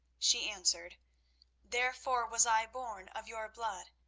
she answered therefore was i born of your blood,